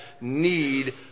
need